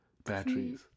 batteries